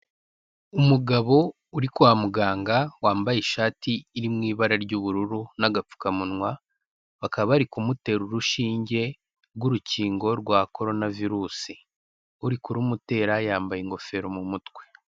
Umugabo uri kwa muganga wambaye ishati iri mw’ibara ry'ubururu n'agapfukamunwa bakaba bari kumutera urushinge rw'urukingo rwa corona virusi uri kurumutera yambaye ingofero mu mutwe.